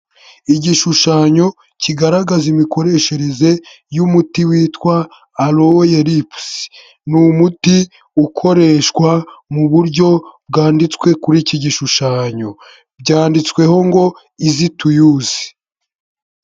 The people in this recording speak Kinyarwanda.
Igishushanyo kigaragaza imikoreshereze y'umuti witwa ''Aloe Lips''. Ni umuti ukoreshwa mu buryo bwanditswe kuri iki gishushanyo byanditsweho ngo "Easy to use".